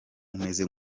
umeze